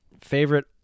Favorite